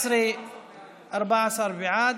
14 בעד,